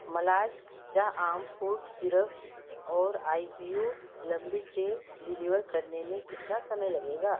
मालाज़ कच्चा आम fruit syrup और आइ वी ओ लंबी ट्रे डिलीवर करने में कितना समय लगेगा